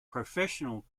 professional